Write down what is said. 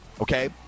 okay